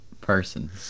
person